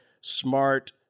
smart